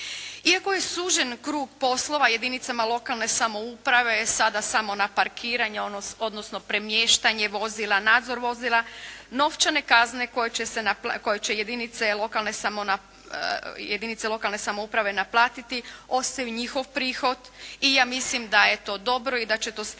Iako je sužen krug poslova jedinicama lokalne samouprave sada samo na parkiranje odnosno premještanje vozila, nadzor vozila, novčane kazne koje će jedinice lokalne samouprave naplatiti ostaju njihov prihod i ja mislim da je to dobro i da će to stimulirati